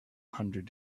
hundred